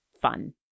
fun